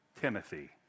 Timothy